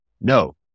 No